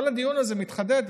כל הדיון הזה מתחדד,